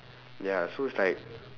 ya so it's like